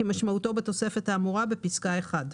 כמשמעותו בתוספת האמורה בפסקה (1).